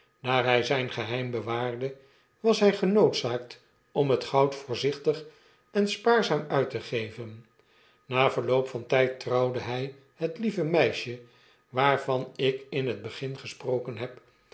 daar hy zyn geheim bewaarde was hy genoodzaakt om het goud voorzichtig en spaarzaam uit te geven na verloop van tijd trouwde hij het lievemeisje waarvan ik in het begin gesproken heb